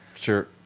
sure